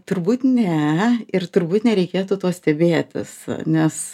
turbūt ne ir turbūt nereikėtų tuo stebėtis nes va